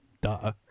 duh